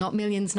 לא מיליונים,